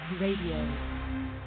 RADIO